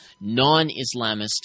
non-Islamist